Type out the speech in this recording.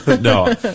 No